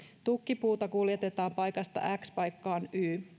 tukkipuuta kuljetetaan paikasta x paikkaan y